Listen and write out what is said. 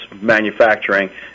manufacturing